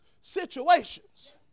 situations